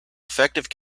effective